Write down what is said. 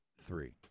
three